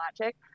logic